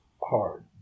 hard